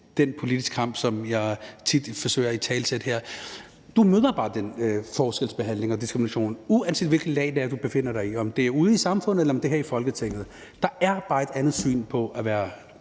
den politiske kamp, som jeg tit forsøger at italesætte her. Du møder bare den forskelsbehandling og diskrimination, uanset hvilket lag du befinder dig i, om det er ude i samfundet, eller om det er her i Folketinget. Der er bare et andet syn på en, når